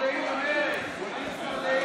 עכשיו נכנסתי.